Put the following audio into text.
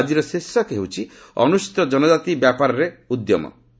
ଆଜିର ଶୀର୍ଷକ ହେଉଛି 'ଅନୁସୂଚିତ ଜନକାତି ବ୍ୟାପାରରେ ଉଦ୍ୟମ'